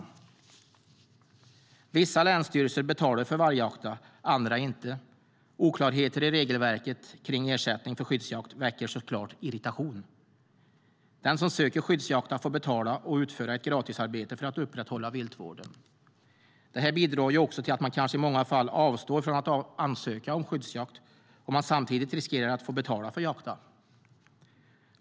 Vissa länsstyrelser betalar för vargjakter, andra inte. Oklarheter i regelverket kring ersättning för skyddsjakt väcker såklart irritation. Den som ansöker om skyddsjakt får betala och utföra ett gratisarbete för att upprätthålla viltvården. Det bidrar till att man i många fall avstår från att ansöka om skyddsjakt om man samtidigt riskerar att få betala för jakten.